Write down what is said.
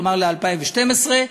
כלומר ל-2012,